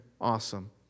awesome